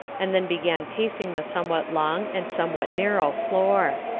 and then began pacing the somewhat long and somewhat narrow floor.